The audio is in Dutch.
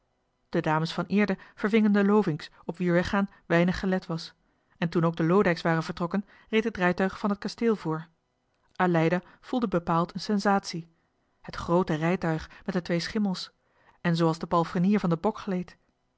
de dames van eerde vervingen de lovinks op wierweggaan weinig gelet was en toen ook de loodijcks waren vertrokken reed het rijtuig van het kasteel voor aleida voelde bepaald een sensatie het groote rijtuig met de twee schimmels en zooals de palfrenier van den bok gleed